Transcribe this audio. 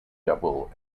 double